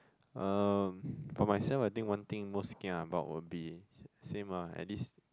um for myself I think one thing most kia about would be same ah at this